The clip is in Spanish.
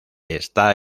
está